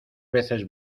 veces